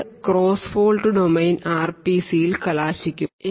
ഇത് cross fault domain ആർപിസിയിൽ കലാശിക്കും